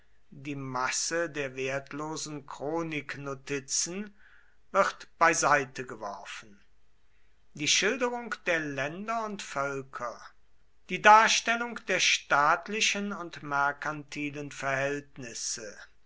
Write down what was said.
die masse der wertlosen chroniknotizen wird beiseite geworfen die schilderung der länder und völker die darstellung der staatlichen und merkantilen verhältnisse